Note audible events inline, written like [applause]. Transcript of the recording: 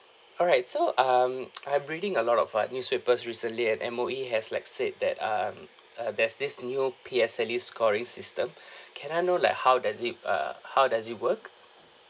alright so um I'm reading a lot of like newspapers recently at M_O_E has like said that um uh there's this new P_S_L_E scoring system [breath] can I know like how does it uh how does it work